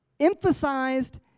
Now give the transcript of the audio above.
emphasized